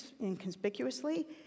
inconspicuously